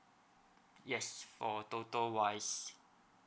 yes for total wise